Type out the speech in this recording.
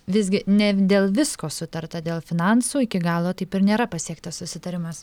visgi ne dėl visko sutarta dėl finansų iki galo taip ir nėra pasiektas susitarimas